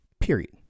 period